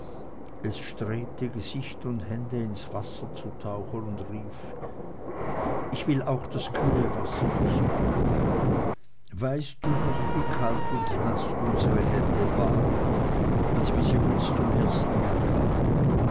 es strebte gesicht und hände ins wasser zu tauchen und rief ich will auch das kühle wasser versuchen weißt du noch wie kalt und naß unsere hände waren als wir sie uns zum ersten mal gaben